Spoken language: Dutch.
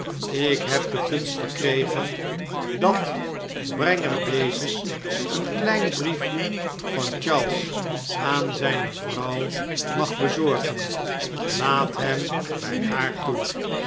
ik heb de gunst verkregen dat brenger dezes een klein briefje van charles aan zijne vrouw mag bezorgen laafc hem bij haar toe